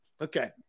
Okay